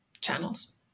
channels